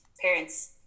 parents